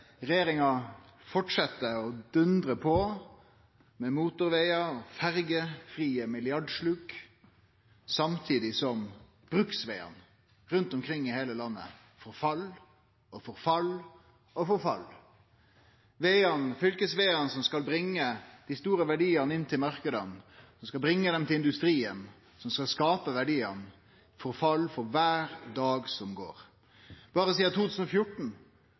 regjeringa fortset å dundre på med motorvegar og ferjefrie milliardsluk, samtidig som bruksvegane rundt omkring i heile landet forfell, forfell og forfell. Fylkesvegane som skal bringe dei store verdiane inn til marknadane, som skal bringe dei til industrien, og som skal skape verdiane, forfell for kvar dag som går. Berre sidan 2014